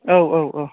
औ औ औ